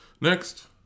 Next